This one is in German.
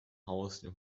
hause